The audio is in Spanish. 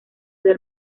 del